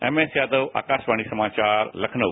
MS Yadav Akashvani समाचार लखनऊ